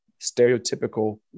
stereotypical